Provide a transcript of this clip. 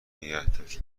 نگهدار